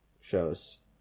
shows